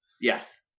yes